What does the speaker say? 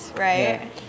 right